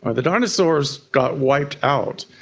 ah the dinosaurs got wiped out.